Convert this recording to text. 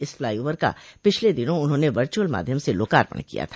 इस फ्लाईओवर का पिछले दिनों उन्होंने वर्चुअल माध्यम से लोकार्पण किया था